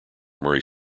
murray